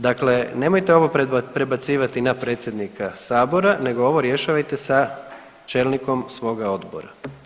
Dakle, nemojte ovo predbacivati na predsjednika sabora nego ovo rješavajte sa čelnikom svoga odbora.